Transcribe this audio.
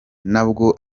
nabwo